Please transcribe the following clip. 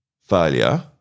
failure